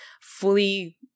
fully